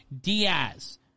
Diaz